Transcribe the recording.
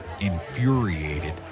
infuriated